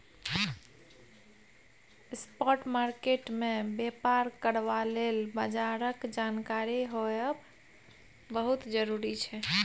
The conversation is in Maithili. स्पॉट मार्केट मे बेपार करबा लेल बजारक जानकारी होएब बहुत जरूरी छै